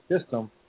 system